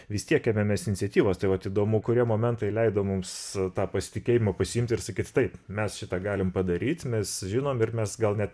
vis tiek ėmėmės iniciatyvos tai vat įdomu kurie momentai leido mums tą pasitikėjimą pasiimt ir sakyt taip mes šitą galim padaryt mes žinom ir mes gal net